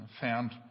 found